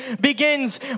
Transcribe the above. begins